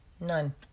None